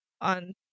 on